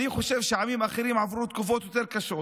אני חושב שעמים אחרים עברו תקופות יותר קשות